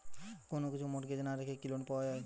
কোন কিছু মর্টগেজ না রেখে কি লোন পাওয়া য়ায়?